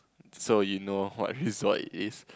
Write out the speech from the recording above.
so you know what is what it is